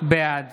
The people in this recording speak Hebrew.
בעד